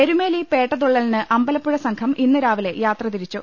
എരുമേലി പേട്ടതുളളലിന് അമ്പലപ്പുഴ സംഘം ഇന്ന് രാവിലെ യാത്ര തിരിച്ചു